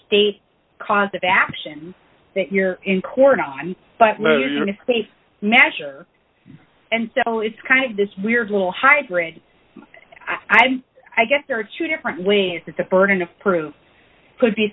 state cause of action that you're in court on but measure and so it's kind of this weird little hybrid idea i guess there are two different ways that the burden of proof could be